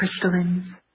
crystalline